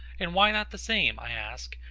and why not the same, i ask,